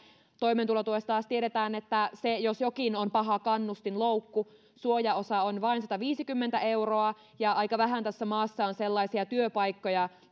toimeentulotuesta taas tiedetään että se jos jokin on paha kannustinloukku suojaosa on vain sataviisikymmentä euroa ja aika vähän tässä maassa on sellaisia työpaikkoja